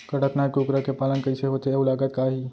कड़कनाथ कुकरा के पालन कइसे होथे अऊ लागत का आही?